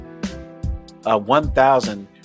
1,000